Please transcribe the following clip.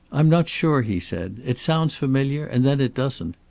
i'm not sure, he said. it sounds familiar, and then it doesn't.